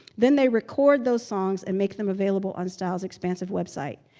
then they record those songs and make them available on styles expansive website.